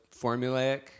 formulaic